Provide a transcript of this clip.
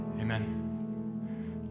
Amen